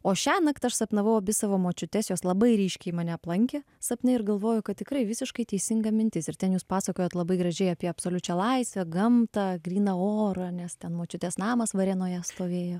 o šiąnakt aš sapnavau abi savo močiutes jos labai ryškiai mane aplankė sapne ir galvoju kad tikrai visiškai teisinga mintis ir ten jūs pasakojat labai gražiai apie absoliučią laisvę gamtą gryną orą nes ten močiutės namas varėnoje stovėjo